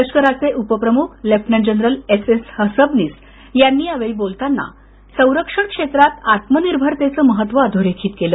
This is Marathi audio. लष्कराचे उपप्रमुख lieutenant general S S Hasabnis यांनी या वेळी बोलताना संरक्षण क्षेत्रात आत्मनिर्भरतेचं महत्त्व अधोरेखित केलं